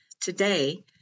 Today